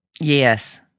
Yes